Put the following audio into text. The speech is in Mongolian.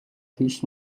тийш